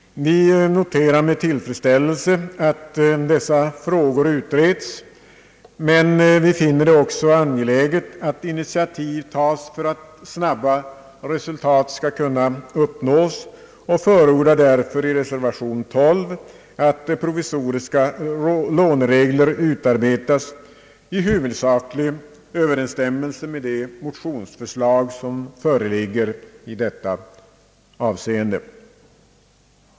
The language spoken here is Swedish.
Vi noterar med tillfredsställelse att dessa frågor utreds, men vi finner det också angeläget att initiativ tas för att snabba resultat skall kunna uppnås. Vi förordar därför i reservation 12 att provisoriska låneregler utarbetas i huvudsaklig överensstämmelse med de motionsförslag som föreligger i detta avseende.